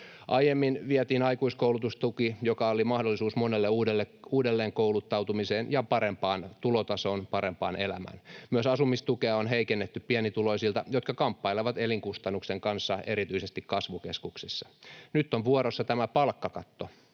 Aiemmin vietiin aikuiskoulutustuki, joka oli mahdollisuus monelle uudelleenkouluttautumiseen ja parempaan tulotasoon ja parempaan elämään. Myös asumistukea on heikennetty pienituloisilta, jotka kamppailevat elinkustannusten kanssa erityisesti kasvukeskuksissa. Nyt on vuorossa tämä palkkakatto,